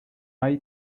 hay